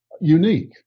unique